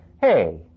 Hey